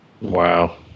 Wow